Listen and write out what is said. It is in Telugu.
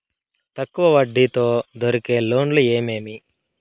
తక్కువ వడ్డీ తో దొరికే లోన్లు ఏమేమి